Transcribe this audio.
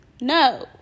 No